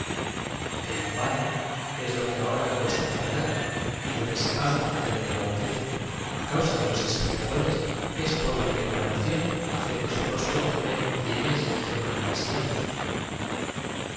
l hafio es lo que ahora cuesta tan caro lo que se paga á tan ele vado precio á cauaa de los espectadores es por lo que la nación hace que su rostro tome pliegues germano